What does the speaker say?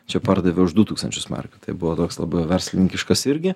čia pardavė už du tūkstančius markių tai buvo toks labai verslininkiškas irgi